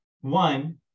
One